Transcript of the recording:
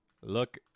look